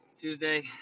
Tuesday